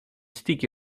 sticky